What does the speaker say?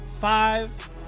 five